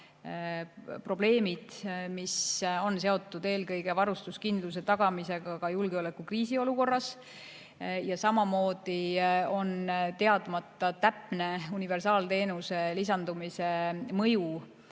probleemid, mis on seotud eelkõige varustuskindluse tagamisega ka julgeolekukriisi olukorras. Samamoodi on teadmata täpne universaalteenuse lisandumise mõju